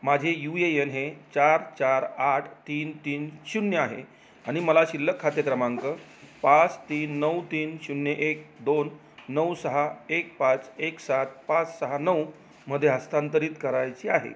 माझे U A N हे चार चार आठ तीन तीन शून्य आहे आणि मला शिल्लक खाते त्रमांक पाच तीन नऊ तीन शून्य एक दोन नऊ सहा एक पाच एक सात पाच सहा नऊमध्ये हस्तांतरित करायची आहे